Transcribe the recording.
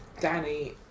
Danny